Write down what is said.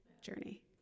journey